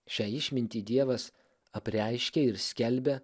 šią išmintį dievas apreiškė ir skelbia